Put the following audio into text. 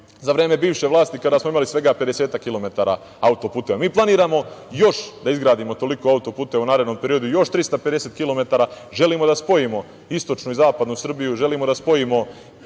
za vreme bivše vlasti kada smo imali svega 50-ak kilometara autoputeva. Mi planiramo još da izgradimo toliko autoputeva u narednom periodu, još 350 kilometara, želimo da spojimo istočnu i zapadnu Srbiju, želimo da spojimo